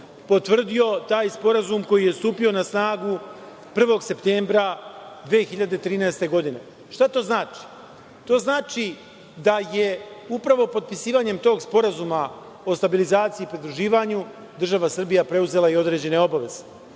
potvrdio taj Sporazum koji je stupio na snagu 01.septembra 2013. godine. Šta to znači? To znači da je upravo potpisivanjem tog Sporazuma o stabilizaciji i pridruživanju država Srbija preuzela i određene obaveze,